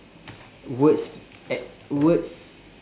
words act~ words